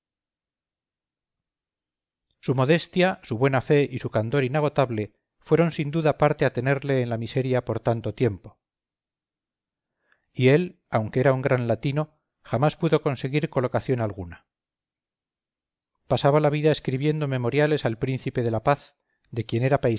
su modestia su buena fe y su candor inagotable fueron sin duda parte a tenerle en la miseria por tanto tiempo y él aunque era un gran latino jamás pudo conseguir colocación alguna pasaba la vida escribiendo memoriales al príncipe de la paz de quien era